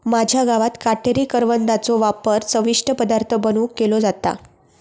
माझ्या गावात काटेरी करवंदाचो वापर चविष्ट पदार्थ बनवुक केलो जाता